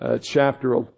chapter